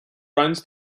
runs